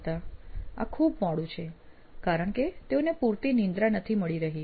આ ખૂબ મોડું છે કારણ કે તેઓને પૂરતી નિંદ્રા નથી મળી રહી